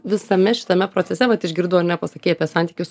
visame šitame procese vat išgirdau ar ne pasakei apie santykius